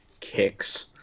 kicks